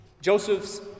Joseph's